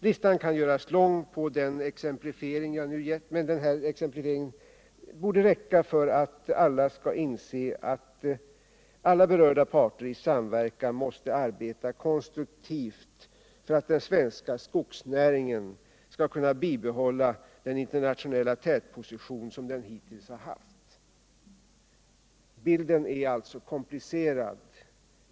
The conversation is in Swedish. Listan kan göras lång, men den exemplifiering som jag nu givit borde räcka för att alla skall inse att samtliga berörda parter i samverkan måste arbeta konstruktivt för att den svenska skogsnäringen skall kunna bibehålla den internationella tätposition som den hittills har haft. Bilden är alltså komplicerad.